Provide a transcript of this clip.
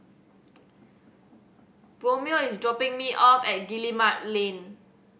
Romeo is dropping me off at Guillemard Lane